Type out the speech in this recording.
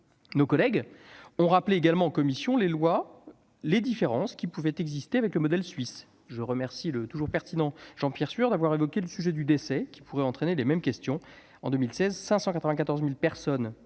Nos collègues ont rappelé en commission des lois les différences qui pouvaient exister avec le modèle suisse. Je remercie Jean-Pierre Sueur, pertinent comme toujours, d'avoir évoqué le sujet du décès, qui pourrait entraîner les mêmes questions En 2016, 594 000 personnes